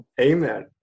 Amen